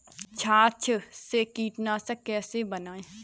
छाछ से कीटनाशक कैसे बनाएँ?